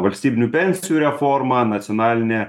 valstybinių pensijų reforma nacionalinė